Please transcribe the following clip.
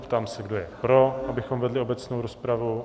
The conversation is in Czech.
Ptám se, kdo je pro, abychom vedli obecnou rozpravu.